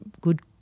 good